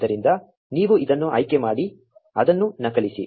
ಆದ್ದರಿಂದ ನೀವು ಇದನ್ನು ಆಯ್ಕೆ ಮಾಡಿ ಅದನ್ನು ನಕಲಿಸಿ